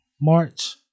March